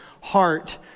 heart